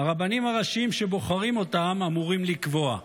הרבנים הראשיים שבוחרים אותם אמורים לקבוע.